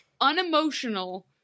unemotional